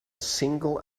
single